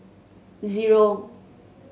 zero